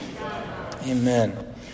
Amen